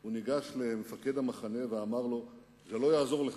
הוא ניגש למפקד המחנה ואמר לו: זה לא יעזור לך,